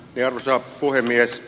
arvoisa puhemies